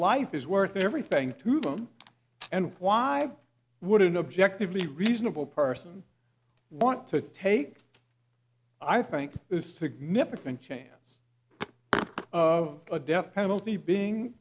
life is worth everything to them and why would it objectively reasonable person want to take i think is significant chance of a death penalty being